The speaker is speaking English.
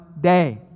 day